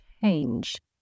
change